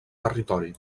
territori